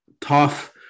tough